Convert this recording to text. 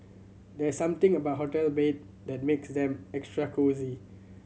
there's something about hotel bed that makes them extra cosy